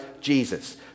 Jesus